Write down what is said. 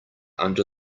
under